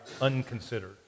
unconsidered